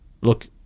look